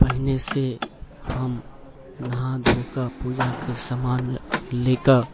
पहिनेसँ हम नहा धो कऽ पूजाके सामान लऽ कऽ